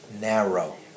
narrow